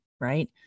right